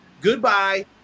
Goodbye